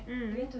mm